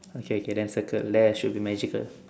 okay okay then circle leh should be magical